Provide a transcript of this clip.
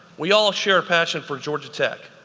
we all share a passion for georgia tech.